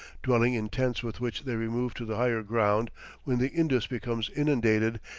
dwelling in tents with which they remove to the higher ground when the indus becomes inundated,